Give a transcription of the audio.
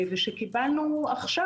ושקיבלנו עכשיו,